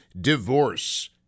Divorce